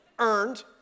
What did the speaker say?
earned